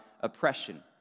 oppression